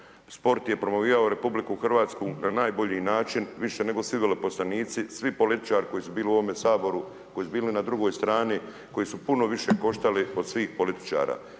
Sport je promovirao Republiku Hrvatsku na najbolji način, više nego svi veleposlanici, svi političari koji su bili u ovome Saboru, koji su bili na drugoj strani, koji su puno više koštali od svih političara.